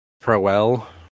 Proel